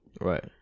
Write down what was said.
Right